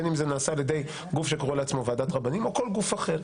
בין אם זה נעשה על ידי גוף שקורא לעצמו ועדת רבנים או כל גוף אחר.